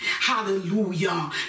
Hallelujah